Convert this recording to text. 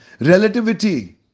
relativity